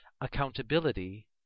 accountability